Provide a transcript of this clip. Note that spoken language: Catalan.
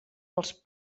els